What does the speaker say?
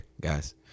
guys